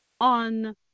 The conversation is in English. on